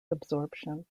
absorption